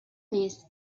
mes